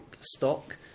stock